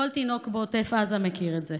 כל תינוק בעוטף עזה מכיר את זה.